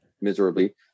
miserably